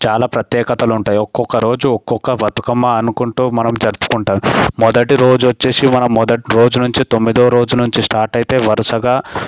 చాలా ప్రత్యేకతలు ఉంటాయి ఒక్కొక్క రోజు ఒక్కొక్క బతుకమ్మ అనుకుంటూ మనం జరుపుకుంటాము మొదటి రోజు వచ్చేసి మనం మొదటి రోజు నుంచి తొమ్మిదో రోజు నుంచి స్టార్ట్ అయితే వరుసగా